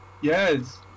Yes